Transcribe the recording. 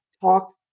talked